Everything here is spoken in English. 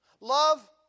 Love